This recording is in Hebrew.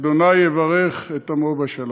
אדוני יברך את עמו בשלום.